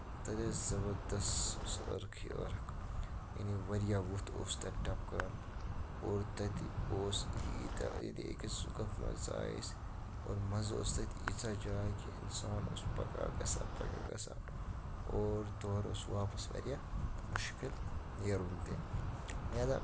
تَتہِ ٲسۍ زَبردست سُہ اوس ٲرکھٕے ٲرکھ یعنی واریاہ وُتھ اوس تَتہِ ٹَپکان اور تَتہِ اوس ییٚتہِ أکِس گۄپھِ منٛز ژایہ أسۍ اور منٛزٕ اوس تَتہِ ییٖژاہ جاے کہِ اِنسان اوس پکان گژھان پَکان گژھان اور تورٕ اوس واپَس واریاہ مُشکِل نیرُن تہِ لِہٰزا